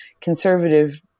conservative